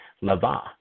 lava